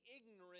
ignorant